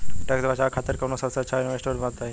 Tax बचावे खातिर कऊन सबसे अच्छा इन्वेस्टमेंट बा बताई?